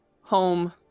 home